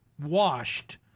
washed